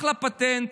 אחלה פטנט,